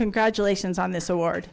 congratulations on this